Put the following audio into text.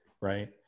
right